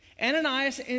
Ananias